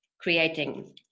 creating